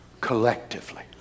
collectively